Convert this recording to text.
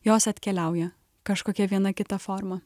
jos atkeliauja kažkokia viena kita forma